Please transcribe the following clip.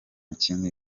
kindi